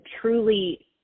truly